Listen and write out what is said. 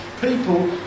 people